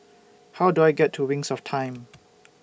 How Do I get to Wings of Time